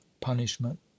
punishment